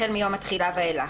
החל מיום התחילה ואילך.